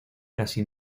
casi